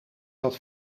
dat